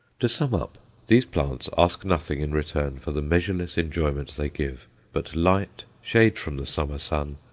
to sum up these plants ask nothing in return for the measureless enjoyment they give but light, shade from the summer sun,